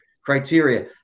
criteria